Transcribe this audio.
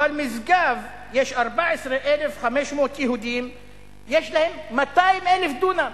אבל משגב, יש 14,500 יהודים ויש להם 200,000 דונם.